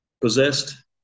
possessed